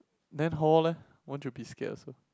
then hall leh won't you be scared also